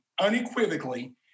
unequivocally